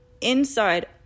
inside